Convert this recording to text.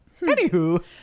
anywho